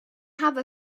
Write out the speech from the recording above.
have